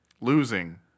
Losing